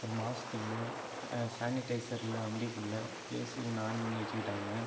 ஒரு மாஸ்க்கு இல்லை ஹ சேனிடைசர் இல்லை வண்டிக்குள்ளே ஏசி ஒன்னு ஆன் பண்ணி வச்சிக்கிட்டாங்க